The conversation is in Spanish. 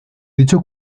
dicho